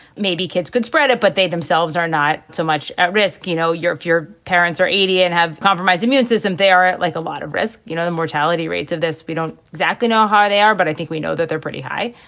maybe kids could spread it, but they themselves are not so much at risk. you know, your if your parents are eighteen and have compromised immune system, they are like a lot of risk. you know, the mortality rates of this, we don't exactly know how they are, but i think we know that they're pretty high.